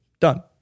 done